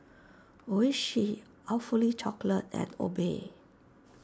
Oishi Awfully Chocolate and Obey